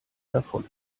davon